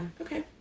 Okay